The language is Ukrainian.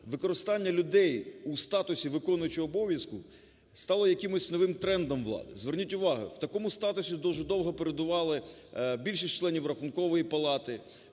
використання людей у статусі виконуючого обов'язків стало якимось новим трендом влади. Зверніть увагу, в такому статусі дуже довго перебували більшість членів Рахункової палати,